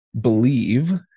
believe